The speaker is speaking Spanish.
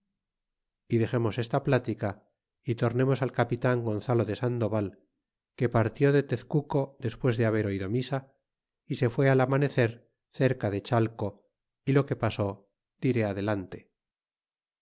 y dexemos esta pltica y tornemos al capitan gonzalo de sandoval que partió de tezcuco después de haber oido misa y fue amanecer cerca de chateo y lo que pasó diré adelante